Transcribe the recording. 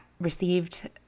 received